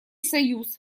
союз